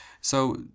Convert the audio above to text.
So-